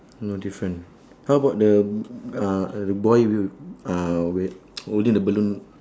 no different how about the mm uh the boy with uh with holding the balloon